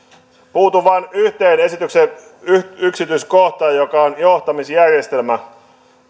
puutun vain yhteen esityksen yksityiskohtaan joka on johtamisjärjestelmä